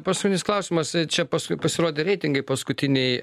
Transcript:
paskutinis klausimas čia paskui pasirodė reitingai paskutiniai